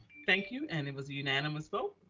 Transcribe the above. thank you and it was a unanimous vote.